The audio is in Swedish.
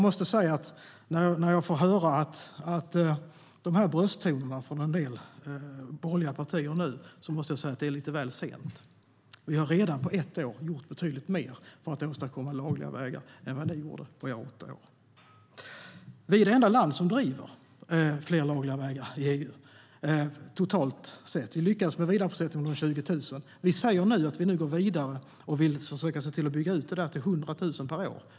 När jag nu får höra brösttonerna från en del borgerliga partier måste jag säga: Det är lite väl sent. Vi har redan på ett år gjort betydligt mer för att åstadkomma lagliga vägar än vad ni gjorde på era åtta år. Vi är det enda land som driver frågan om fler lagliga vägar i EU, totalt sett. Vi lyckades med vidarebosättning av 20 000. Vi säger nu att vi går vidare och vill försöka se till att bygga ut det till 100 000 per år.